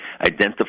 identify